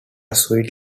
sweet